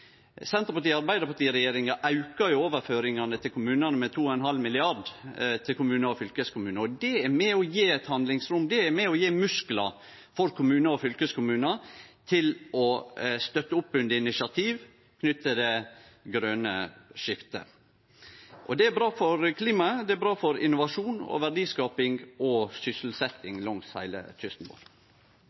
aukar overføringane til kommunane og fylkeskommunane med 2,5 mrd. kr. Det er med på å gje eit handlingsrom, det er med og gjev kommunar og fylkeskommunar musklar til å støtte opp under initiativ knytte til det grøne skiftet. Det er bra for klimaet, og det er bra for innovasjon, verdiskaping og sysselsetjing langs heile kysten vår.